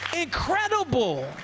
incredible